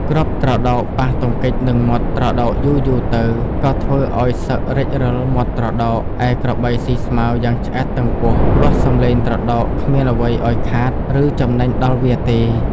គ្រាប់ត្រដោកប៉ះទង្គិចនឹងមាត់ត្រដោកយូរៗទៅក៏ធ្វើឱ្យសឹករេចរឹលមាត់ត្រដោក ឯក្របីស៊ីស្មៅយ៉ាងឆ្អែតតឹងពោះ ព្រោះសម្លេងត្រដោកគ្មានអ្វីឱ្យខាត ឬចំណេញដល់វាទេ។